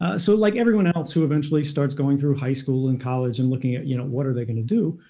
ah so like everyone else who eventually starts going through high school and college and looking at you know what are they going to do,